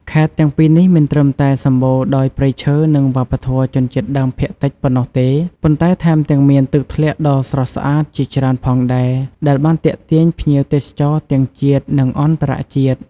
ខេត្តទាំងពីរនេះមិនត្រឹមតែសម្បូរដោយព្រៃឈើ និងវប្បធម៌ជនជាតិដើមភាគតិចប៉ុណ្ណោះទេ ប៉ុន្តែថែមទាំងមានទឹកធ្លាក់ដ៏ស្រស់ស្អាតជាច្រើនផងដែរ ដែលបានទាក់ទាញភ្ញៀវទេសចរទាំងជាតិ និងអន្តរជាតិ។